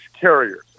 carriers